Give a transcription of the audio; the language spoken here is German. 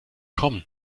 kommen